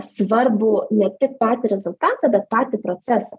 svarbų ne tik patį rezultatą bet patį procesą